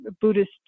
Buddhist